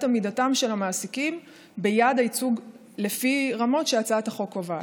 עמידתם של המעסיקים ביעד הייצוג לפי רמות שהצעת החוק קובעת.